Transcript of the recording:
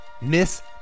Miss